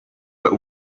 but